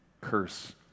curse